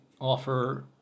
offer